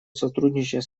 сотрудничать